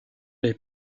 les